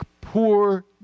poor